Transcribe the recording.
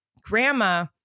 grandma